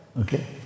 Okay